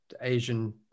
Asian